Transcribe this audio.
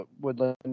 Woodland